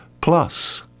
Plus